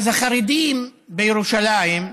אז גם החרדים בירושלים,